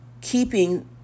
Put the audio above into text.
keeping